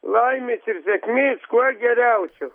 laimės ir sėkmės kuo geriausio